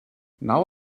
now